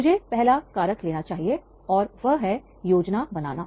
मुझे पहला कारक लेना चाहिए और वह है योजना बनाना